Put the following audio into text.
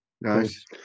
Nice